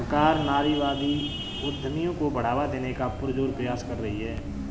सरकार नारीवादी उद्यमियों को बढ़ावा देने का पुरजोर प्रयास कर रही है